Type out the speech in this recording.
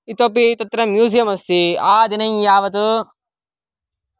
इतोपि तत्र म्यूसियम् अस्ति आदिनँय्यावत्